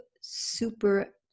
super